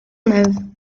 neuve